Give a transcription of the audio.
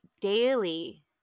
daily